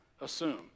assume